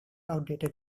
outdated